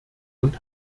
und